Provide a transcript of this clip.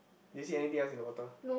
you see anything else in the water